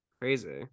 Crazy